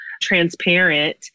transparent